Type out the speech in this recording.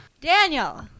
Daniel